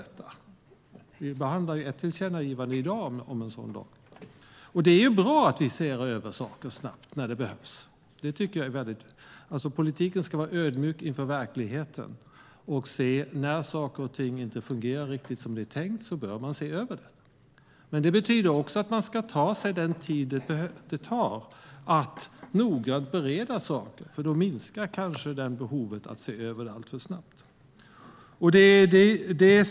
Vi behandlar i dag ett tillkännagivande om en sådan lag. Det är ju bra att vi ser över saker snabbt när det behövs, för politiken ska vara ödmjuk inför verkligheten. När saker och ting inte fungerar riktigt som det var tänkt ska man se över dem. Men det betyder också att man ska ta den tid man behöver att noggrant bereda saker, för då minskar kanske behovet av att se över dem sedan.